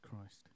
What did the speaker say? Christ